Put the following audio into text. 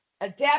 adapt